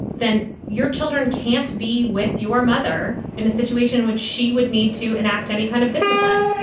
then your children can't be with your mother in a situation which she would need to enact any kind of discipline